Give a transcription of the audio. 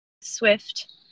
swift